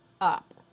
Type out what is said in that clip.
up